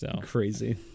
crazy